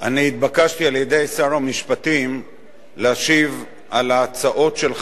אני התבקשתי על-ידי שר המשפטים להשיב על ההצעות שלך,